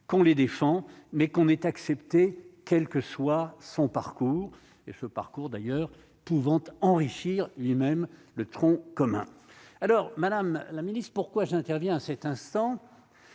qu'on les défend mais qu'on ait accepté, quel que soit son parcours et ce parcours d'ailleurs pouvant enrichir lui-même le tronc commun alors Madame la Ministre, pourquoi j'interviens à cet instant,